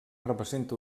representa